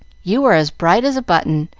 you are as bright as a button.